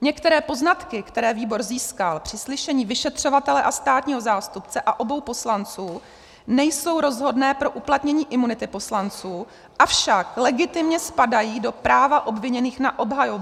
Některé poznatky, které výbor získal při slyšení vyšetřovatele a státního zástupce a obou poslanců, nejsou rozhodné pro uplatnění imunity poslanců, avšak legitimně spadají do práva obviněných na obhajobu.